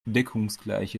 deckungsgleiche